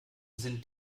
sind